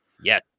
Yes